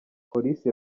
polisi